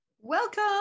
Welcome